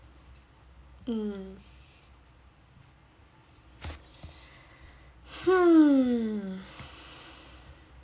mm hmm